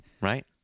Right